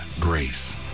grace